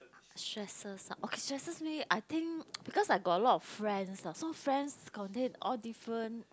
stresses ah okay stresses me I think because I got a lot of friends ah so friends contain all different